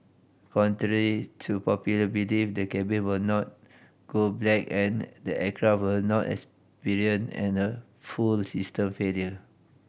contrary to popular belief the cabin will not go black and the aircraft will not experience in a full system failure